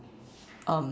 um